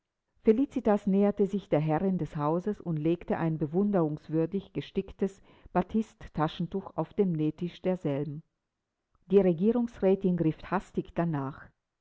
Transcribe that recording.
felicitas näherte sich der herrin des hauses und legte ein bewunderungswürdig gesticktes batisttaschentuch auf den nähtisch derselben die regierungsrätin griff hastig danach